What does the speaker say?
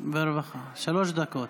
שלוש דקות,